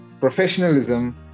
professionalism